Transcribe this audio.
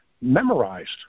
memorized